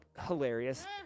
hilarious